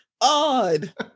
odd